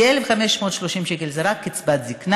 כי 1,530 שקלים זה רק קצבת זקנה,